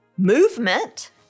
movement